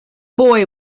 boy